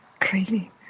Crazy